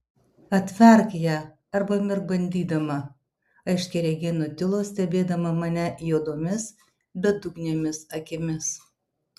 atverk ją arba mirk bandydama aiškiaregė nutilo stebėdama mane juodomis bedugnėmis akimis